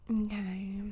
Okay